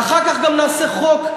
ואחר כך גם נעשה חוק.